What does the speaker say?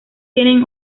tienen